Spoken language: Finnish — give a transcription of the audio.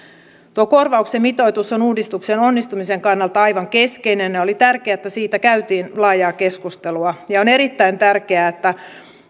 tuo korvauksen mitoitus on uudistuksen onnistumisen kannalta aivan keskeinen ja oli tärkeää että siitä käytiin laajaa keskustelua ja on erittäin tärkeää että